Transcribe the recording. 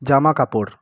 জামা কাপড়